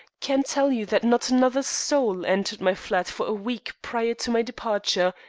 can tell you that not another soul entered my flat for a week prior to my departure,